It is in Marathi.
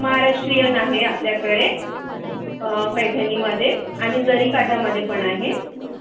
महाराष्ट्रीयन आहे आपल्याकडे पैठणीमध्ये आणि जरीकाठामध्ये पण आहे